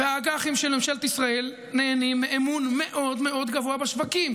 והאג"חים של ממשלת ישראל נהנים מאמון מאוד מאוד גבוה בשווקים,